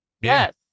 Yes